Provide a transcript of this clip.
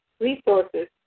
resources